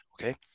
okay